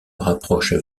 rapprochent